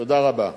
תודה רבה.